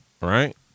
right